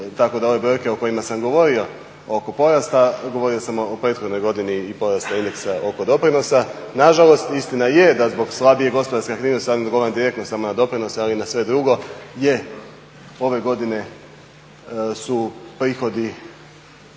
tako da ove brojke o kojima sam govorio oko porasta govorio sam o prethodnoj godini i porasta indeksa oko doprinosa. Na žalost, istina je da zbog slabije gospodarske krize sad vam govorim direktno samo na doprinose, ali i na sve drugo je ove godine su prihodi